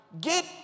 Get